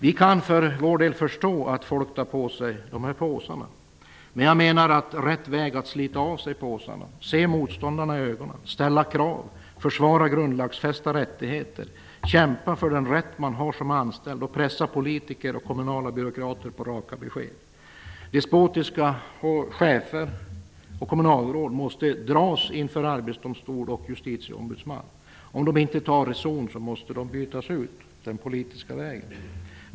Vi kan för vår del förstå att folk tar på sig de här påsarna. Men jag menar att rätt väg är att slita av sig påsarna, se motståndarna i ögonen, ställa krav, försvara grundlagsfästa rättigheter, kämpa för den rätt man har som anställd och pressa politiker och kommunala byråkrater på raka besked. Despotiska chefer och kommunalråd måste dras inför Arbetsdomstolen och Justitieombudsmannen. Om de inte tar reson måste de bytas ut den politiska vägen.